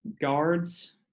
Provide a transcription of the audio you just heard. Guards